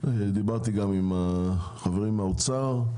דיברתי גם עם החברים מהאוצר,